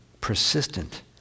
persistent